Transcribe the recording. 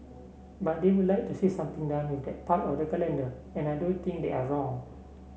but they would like to see something done with that part of the calendar and I don't think they're wrong